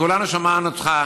שכולנו שמענו אותך